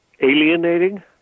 Alienating